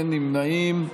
אין נמנעים.